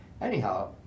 anyhow